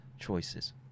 choices